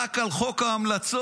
רק על חוק ההמלצות.